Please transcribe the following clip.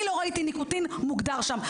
אני לא ראיתי ניקוטין מוגדר שם.